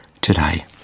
today